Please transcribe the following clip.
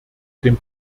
dem